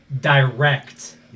direct